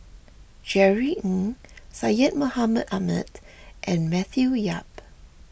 Jerry Ng Syed Mohamed Ahmed and Matthew Yap